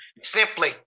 simply